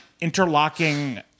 interlocking